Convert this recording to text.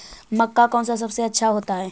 मक्का कौन सा सबसे अच्छा होता है?